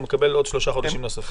הוא מקבל שלושה חודשים נוספים.